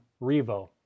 Revo